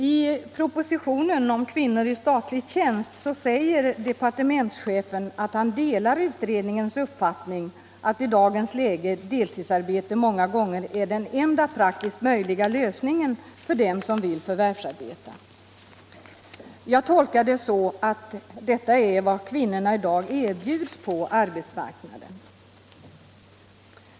I propositionen om kvinnor i statlig tjänst säger departementschefen att han delar utredningens uppfattning att i dagens läge deltidsarbete många gånger är den enda praktiskt möjliga lösningen för den som vill förvärvsarbeta. Jag tolkar detta så att det är vad kvinnorna i dag erbjuds på arbetsmarknaden.